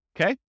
Okay